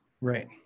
Right